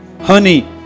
Honey